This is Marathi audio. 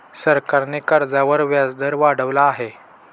सरकारने कर्जावर व्याजदर वाढवला आहे